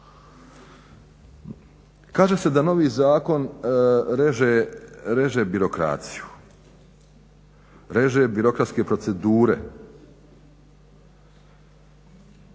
Kaže se da novi zakon reže birokraciju, reže birokratske procedure.